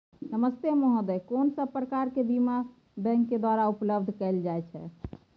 नमस्ते महोदय, कोन सब प्रकार के बीमा बैंक के द्वारा उपलब्ध कैल जाए छै?